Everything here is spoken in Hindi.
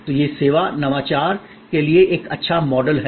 तो यह सेवा नवाचार के लिए एक अच्छा मॉडल है